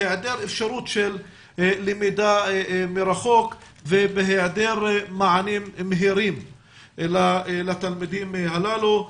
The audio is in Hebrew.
בהיעדר אפשרות של למידה מרחוק ובהיעדר מענים מהירים לתלמידים הללו.